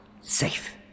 safe